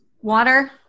water